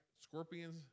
Scorpions